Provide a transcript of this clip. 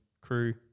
crew